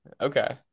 Okay